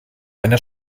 einer